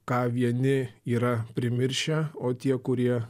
ką vieni yra primiršę o tie kurie